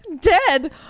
Dead